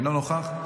אינו נוכח,